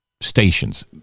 stations